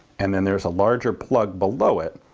and then there's a larger plug below it.